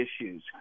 issues